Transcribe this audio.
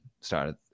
started